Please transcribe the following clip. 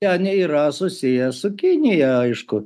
ten yra susiję su kinija aišku